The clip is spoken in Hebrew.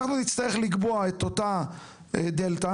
אנחנו נצטרך לקבוע את אותה דלתא,